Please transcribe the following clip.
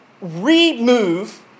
remove